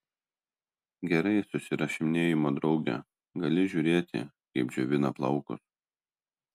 gerai susirašinėjimo drauge gali žiūrėti kaip džiovina plaukus